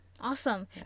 awesome